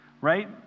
right